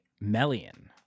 Melian